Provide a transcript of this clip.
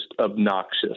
obnoxious